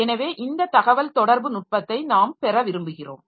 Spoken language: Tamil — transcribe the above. எனவே இந்த தகவல்தொடர்பு நுட்பத்தை நாம் பெற விரும்புகிறோம்